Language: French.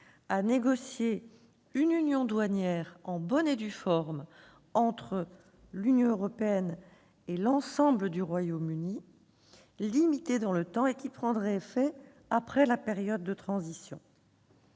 à négocier une union douanière en bonne et due forme entre l'Union européenne et l'ensemble du Royaume-Uni, limitée dans le temps et qui aurait pris effet après la période de transition.